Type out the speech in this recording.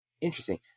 Interesting